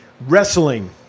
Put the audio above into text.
wrestling